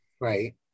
Right